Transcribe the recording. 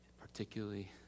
particularly